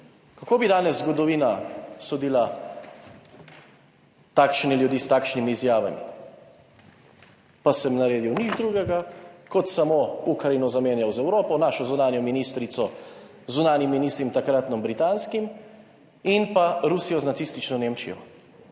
Kako bi danes zgodovina sodila takšne ljudi, s takšnimi izjavami? Pa sem naredil nič drugega kot samo Ukrajino zamenjal z Evropo, našo zunanjo ministrico, z zunanjim ministrom, takratnim britanskim in pa Rusijo z nacistično Nemčijo.